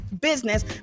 business